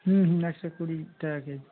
হুম হুম একশো কুড়ি টাকা কেজি